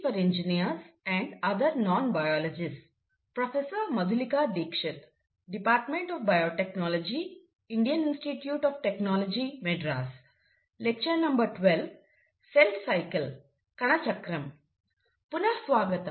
పునఃస్వాగతం